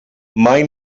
mai